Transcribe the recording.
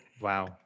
Wow